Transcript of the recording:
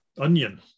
onion